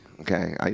okay